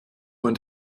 man